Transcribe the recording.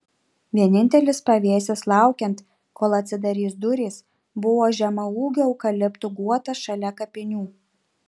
vienintelis pavėsis laukiant kol atsidarys durys buvo žemaūgių eukaliptų guotas šalia kapinių